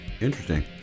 Interesting